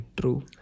True